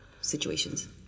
situations